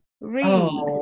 read